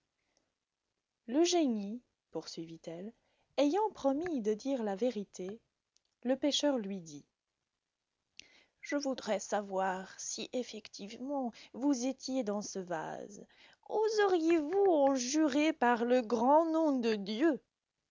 le génie poursuivit-elle ayant promis de dire la vérité le pêcheur lui dit je voudrais savoir si effectivement vous étiez dans ce vase oseriez-vous en jurer par le grand nom de dieu